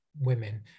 women